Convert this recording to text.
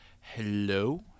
Hello